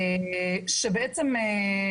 שבעצם,